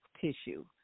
tissue